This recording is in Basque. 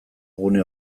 gune